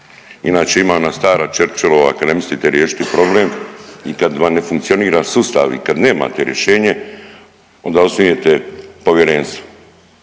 Inače ima ona stara Churchillova kad ne mislite riješiti problem i kada vam ne funkcionira sustav i kad nemate rješenje onda osnujete povjerenstvo.